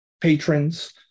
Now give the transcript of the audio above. patrons